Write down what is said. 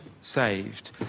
saved